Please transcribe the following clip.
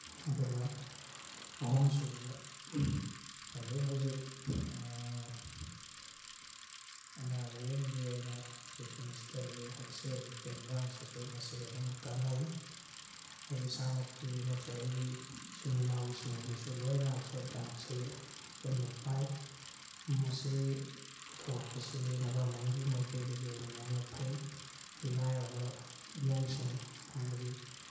ꯑꯗꯨꯒ ꯑꯍꯨꯝꯁꯨꯕꯗ ꯍꯧꯖꯤꯛ ꯍꯧꯖꯤꯛ ꯑꯅꯥ ꯂꯥꯏꯌꯦꯡꯒꯤ ꯑꯣꯏꯅ ꯆꯤꯐ ꯃꯤꯅꯤꯁꯇꯔꯒꯤ ꯑꯣꯏꯅ ꯍꯛꯁꯦꯜꯒꯤ ꯇꯦꯡꯕꯥꯡꯁꯤꯁꯨ ꯃꯁꯤ ꯑꯗꯨ ꯀꯥꯅꯩ ꯑꯩ ꯏꯁꯥꯃꯛꯀꯤ ꯅꯠꯇ꯭ꯔꯒ ꯑꯩꯒꯤ ꯏꯆꯤꯟ ꯏꯅꯥꯎꯁꯤꯡꯒꯤꯁꯨ ꯂꯣꯏꯅ ꯍꯛꯁꯦꯜ ꯀꯥꯔꯠꯁꯤ ꯑꯄꯨꯟꯕ ꯄꯥꯏ ꯃꯁꯤ ꯄꯨꯊꯣꯔꯛꯄꯁꯤ ꯒꯕꯔꯃꯦꯟꯒꯤ ꯃꯥꯏꯀꯩꯗꯒꯤ ꯑꯣꯏꯅ ꯌꯥꯝꯅ ꯐꯩ ꯂꯥꯏꯔꯕ ꯏꯃꯨꯡꯁꯤꯡ ꯍꯥꯏꯕꯗꯤ